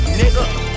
nigga